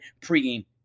pregame